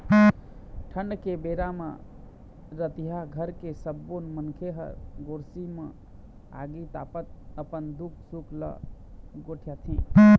ठंड के बेरा म रतिहा घर के सब्बो मनखे ह गोरसी म आगी तापत अपन दुख सुख ल गोठियाथे